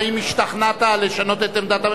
האם השתכנעת לשנות את עמדת הממשלה?